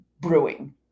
brewing